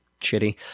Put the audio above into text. shitty